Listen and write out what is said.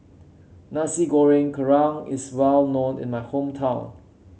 Nasi Goreng Kerang is well known in my hometown